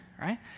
right